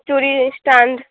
ଚୁଡ଼ି ଷ୍ଟାଣ୍ଡ